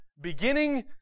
beginning